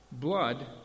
Blood